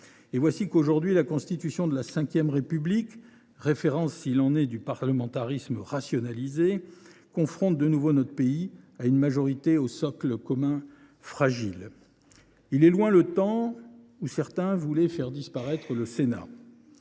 Et voici qu’aujourd’hui la Constitution de la V République, référence s’il en est du parlementarisme rationalisé, confronte de nouveau notre pays à une majorité au socle commun fragile. Il est loin le temps où certains voulaient faire disparaître le Sénat.